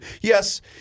Yes